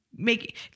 make